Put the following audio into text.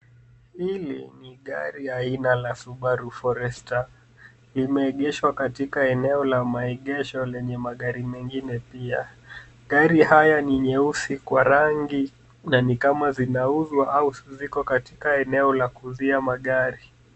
Hili ni gari aina la subaru Forester. Limeegeshwa katika eneo la maegesho lenye magari mengine pia. Magari haya ni nyeusi kwa rangi na ni kama zinauzwa au ziko katika eneo la kuuzia magari.